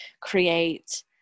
create